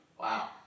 Wow